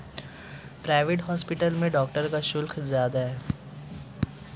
private hospital में doctor का शुल्क ज्यादा है